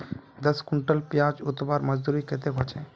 दस कुंटल प्याज उतरवार मजदूरी कतेक होचए?